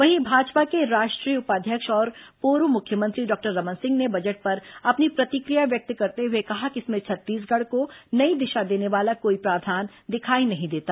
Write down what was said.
वहीं भाजपा के राष्ट्रीय उपाध्यक्ष और पूर्व मुख्यमंत्री डॉक्टर रमन सिंह ने बजट पर अपनी प्रतिक्रिया व्यक्त करते हुए कहा कि इसमें छत्तीसगढ़ को नई दिशा देने वाला कोई प्रावधान दिखाई नहीं देता